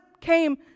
came